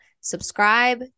subscribe